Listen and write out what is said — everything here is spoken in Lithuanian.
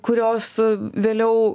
kurios vėliau